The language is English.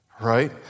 right